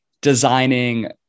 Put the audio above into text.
designing